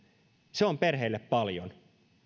se on perheille paljon